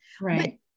Right